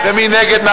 מי נגד?